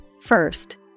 First